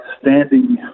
standing